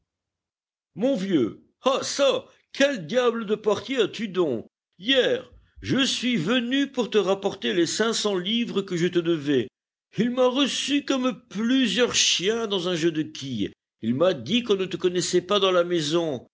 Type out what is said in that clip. mon vieux ah çà quel diable de portier as-tu donc hier je suis venu pour te rapporter les cinq cents livres que je te devais il m'a reçu comme plusieurs chiens dans un jeu de quilles il m'a dit qu'on ne te connaissait pas dans la maison